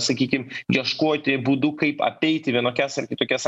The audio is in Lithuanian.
sakykim ieškoti būdų kaip apeiti vienokias ar kitokias